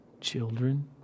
children